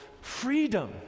freedom